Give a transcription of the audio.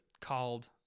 called